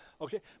Okay